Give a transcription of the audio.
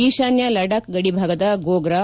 ಈಶಾನ್ಯ ಲಡಾಕ್ ಗಡಿ ಭಾಗದ ಗೋಗ್ರಾ